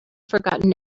forgotten